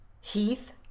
Heath